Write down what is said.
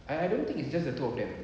I I don't think it's just the two of them